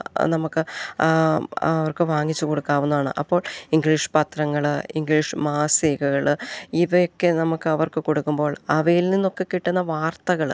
നമുക്ക് അവർക്ക് വാങ്ങിച്ചു കൊടുക്കാവുന്നതാണ് അപ്പോൾ ഇംഗ്ലീഷ് പത്രങ്ങൾ ഇംഗ്ലീഷ് മാസികകൾ ഇവയൊക്കെ നമുക്ക് അവർക്ക് കൊടുക്കുമ്പോൾ അവയിൽ നിന്നൊക്കെ കിട്ടുന്ന വാർത്തകൾ